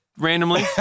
randomly